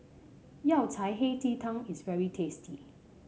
Yao Cai Hei Ji Tang is very tasty